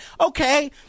Okay